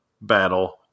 battle